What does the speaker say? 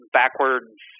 backwards